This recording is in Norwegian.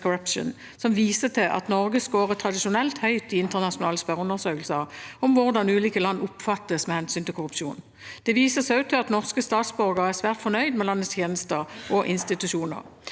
som viser til at Norge tradisjonelt scorer høyt i internasjonale spørreundersøkelser om hvordan ulike land oppfattes med hensyn til korrupsjon. Det vises også til at norske statsborgere er svært fornøyd med landets tjenester og institusjoner.